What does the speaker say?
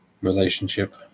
relationship